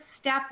step